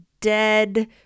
dead